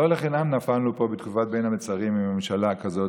לא לחינם נפלנו פה בתקופת בין המצרים עם הממשלה הזאת,